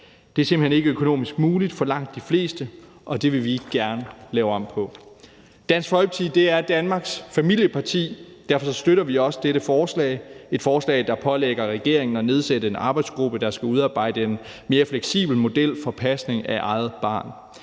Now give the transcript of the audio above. Det er simpelt hen ikke økonomisk muligt for langt de fleste, og det vil vi gerne lave om på. Dansk Folkeparti er Danmarks familieparti. Derfor støtter vi også dette forslag. Det er et forslag, der pålægger regeringen at nedsætte en arbejdsgruppe, der skal udarbejde en mere fleksibel model for pasning af eget barn.